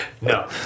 no